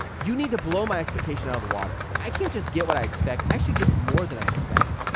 you need to blow my expectation out of the water, i can't just get what i expect, i should get more than i expect.